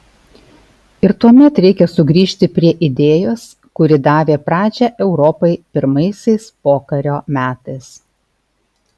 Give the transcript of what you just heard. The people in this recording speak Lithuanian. ir tuomet reikia sugrįžti prie idėjos kuri davė pradžią europai pirmaisiais pokario metais